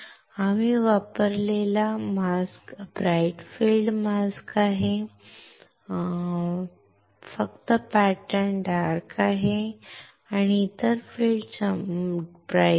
आम्ही वापरलेला mask bright field mask आहे फक्त पॅटर्न डार्क आहेत आणि इतर फील्ड चमकदार आहे